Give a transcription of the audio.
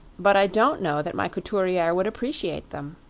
but i don't know that my couturiere would appreciate them.